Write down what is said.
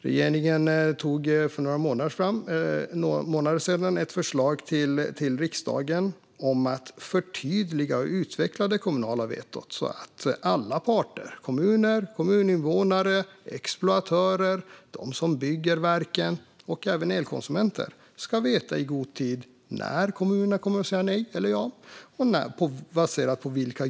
Regeringen tog för några månader sedan ett förslag till riksdagen om att förtydliga och utveckla det kommunala vetot, så att alla parter - kommuner, kommuninvånare, exploatörer, de som bygger verken och även elkonsumenter - i god tid ska veta när kommunerna kommer att säga nej eller ja och på vilka grunder det är baserat.